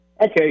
okay